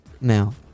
now